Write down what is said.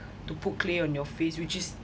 to put clay on your face which is